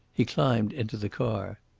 he climbed into the car.